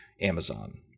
amazon